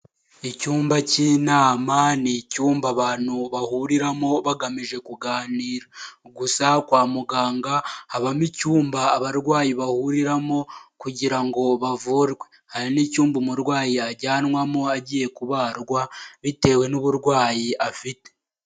Icyumba cy’inama ni icyumba abantu bahuriramo bagamije kuganira. Gusa kwa muganga habamo icyumba abarwayi bahuriramo kugira ngo bavurwe. Hari n’icyumba umurwayi yajyanwamo agiye kubarwa bitewe n’uburwayi afite.